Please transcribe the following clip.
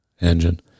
engine